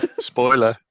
spoiler